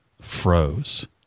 froze